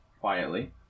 quietly